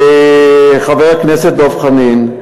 חבר הכנסת דב חנין,